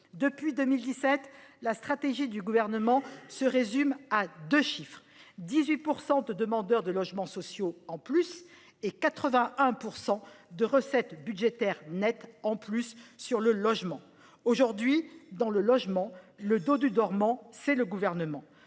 Depuis 2017, la stratégie du Gouvernement se résume à deux chiffres : 18 % de demandeurs de logements sociaux en plus et 81 % de recettes budgétaires nettes en plus sur le logement. Aujourd'hui, dans le domaine du logement, le dodu dormant, c'est le Gouvernement